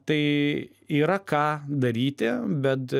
tai yra ką daryti bet